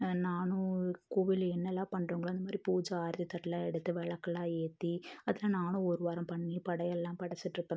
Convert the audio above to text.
நானும் கோவிலில் என்னெல்லாம் பண்ணுறாங்களோ அந்த மாதிரி பூஜை ஆரத்தி தட்டெல்லாம் எடுத்து விளக்கெல்லாம் ஏற்றி அதெல்லாம் நானும் ஒரு வாரம் பண்ணி படையல்லாம் படைச்சுட்ருப்பேன்